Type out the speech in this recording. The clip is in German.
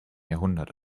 jahrhundert